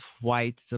white